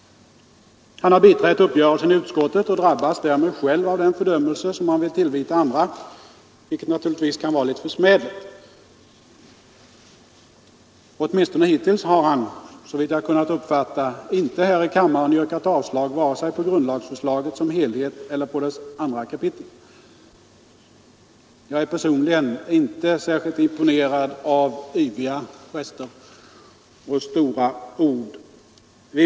Han har biträtt uppgörelsen i utskottet och drabbas därmed själv av den fördömelse, som han vill tillvita andra, vilket naturligtvis kan vara litet försmädligt. Han har, såvitt jag kunnat uppfatta, åtminstone inte hittills här i kammaren yrkat avslag vare sig på grundlagsförslaget som helhet eller på dess andra kapitel. Jag är personligen inte särskilt imponerad av yviga gester och stora ord.